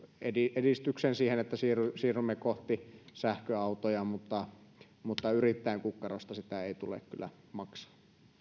edistyksen siihen että siirrymme siirrymme kohti sähköautoja mutta mutta yrittäjän kukkarosta sitä ei tule kyllä maksaa